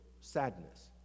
sadness